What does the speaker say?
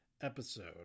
episode